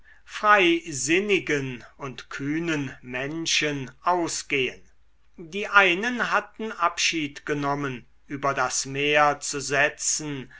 freisinnigen und kühnen menschen ausgehen die einen hatten abschied genommen über das meer zu setzen